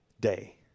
day